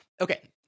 Okay